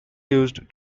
used